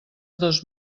dos